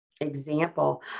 example